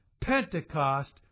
Pentecost